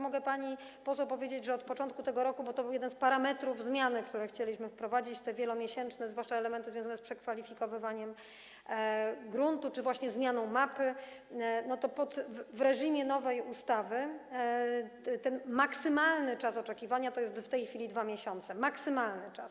Mogę pani poseł powiedzieć, że od początku tego roku - bo to był jeden z parametrów zmian, które chcieliśmy wprowadzić, te wielomiesięczne, zwłaszcza elementy związane z przekwalifikowywaniem gruntu czy właśnie zmianą mapy - w reżimie nowej ustawy ten maksymalny czas oczekiwania wynosi w tej chwili 2 miesiące, to jest maksymalny czas.